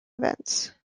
events